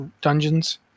dungeons